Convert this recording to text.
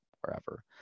forever